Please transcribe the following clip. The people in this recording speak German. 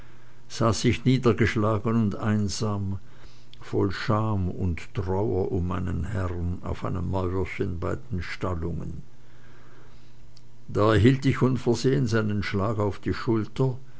ich niedergeschlagen und einsam voll scham und trauer um meinen herrn auf einem mäuerchen bei den stallungen da erhielte ich unversehens einen schlag auf die schulter